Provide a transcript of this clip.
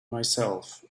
myself